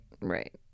right